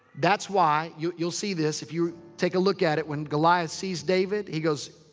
that's why. you'll you'll see this. if you'll take a look at it. when goliath sees david, he goes,